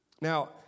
Now